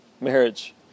marriage